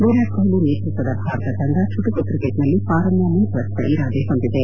ವಿರಾಟ್ ಕೊಹ್ಲಿ ನೇತೃತ್ವದ ಭಾರತ ತಂಡ ಚುಟುಕು ಕ್ರಿಕೆಟ್ನಲ್ಲಿ ಪಾರಮ್ಯ ಮುಂದುವರಿಸುವ ಇರಾದೆ ಹೊಂದಿದೆ